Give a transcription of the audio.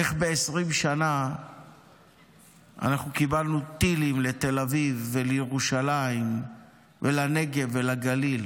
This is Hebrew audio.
איך 20 שנה קיבלנו טילים לתל אביב ולירושלים ולנגב ולגליל,